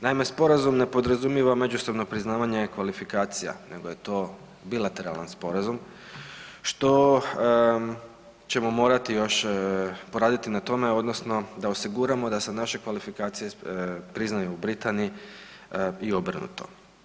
Naime, sporazum ne podrazumijeva međusobno priznavanje kvalifikacija nego je to bilateralan sporazum, što ćemo morati još poraditi na tome odnosno da osiguramo da se naše kvalifikacije priznaju u Britaniji i obrnuto.